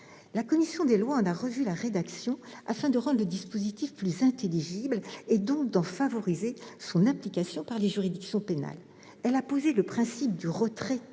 La commission des lois en a revu la rédaction afin de rendre le dispositif plus intelligible, et donc d'en favoriser l'application par les juridictions pénales. Elle a posé le principe du retrait